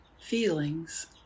feelings